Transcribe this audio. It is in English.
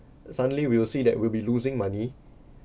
suddenly we will see that we'll be losing money